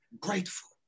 grateful